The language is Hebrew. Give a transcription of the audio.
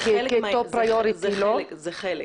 זה חלק.